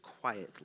quietly